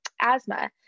asthma